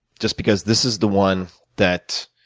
just because this is the one that